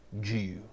Jew